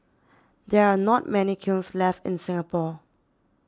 there are not many kilns left in Singapore